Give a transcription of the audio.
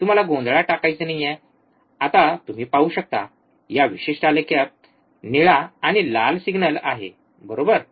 तुम्हाला गोंधळात टाकायचे नाही आता तुम्ही पाहू शकता या विशिष्ट आलेखात निळा आणि लाल सिग्नल आहे बरोबर